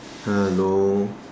hello